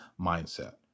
Mindset